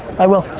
i will.